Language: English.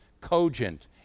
cogent